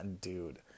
dude